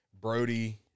Brody